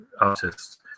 artists